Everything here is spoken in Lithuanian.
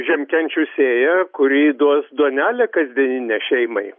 žiemkenčių sėją kurį duos duonelę kasdieninę šeimai